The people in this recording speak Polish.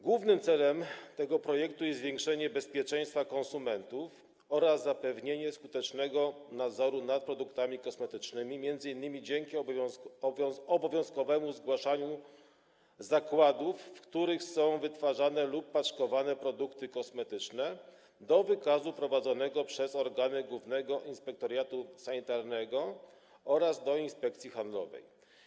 Głównym celem tego projektu jest zwiększenie bezpieczeństwa konsumentów oraz zapewnienie skutecznego nadzoru nad produktami kosmetycznymi, m.in. dzięki obowiązkowemu zgłaszaniu zakładów, w których są wytwarzane lub paczkowane produkty kosmetyczne, do wykazu prowadzonego przez organy Głównego Inspektoratu Sanitarnego oraz do Inspekcji Handlowej.